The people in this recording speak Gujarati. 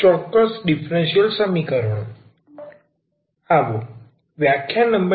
આવો વ્યાખ્યાન નંબર